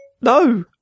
No